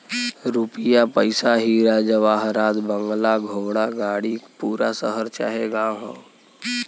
रुपिया पइसा हीरा जवाहरात बंगला घोड़ा गाड़ी पूरा शहर चाहे गांव हौ